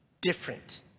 different